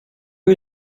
att